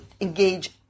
engage